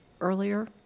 earlier